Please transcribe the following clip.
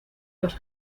los